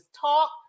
talk